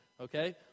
Okay